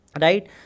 right